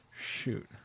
Shoot